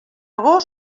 gos